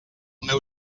meu